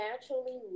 naturally